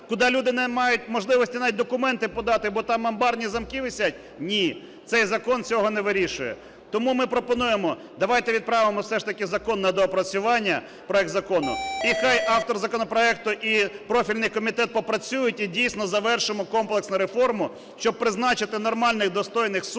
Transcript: куди люди не мають можливості навіть документи подати, бо там амбарні замки висять? Ні, цей закон цього не вирішує. Тому ми пропонуємо: давайте відправимо все ж таки закон на доопрацювання, проект закону. І хай автор законопроекту і профільний комітет попрацюють. І дійсно, завершимо комплексну реформу, щоб призначити нормальних, достойних суддів,